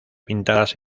pintadas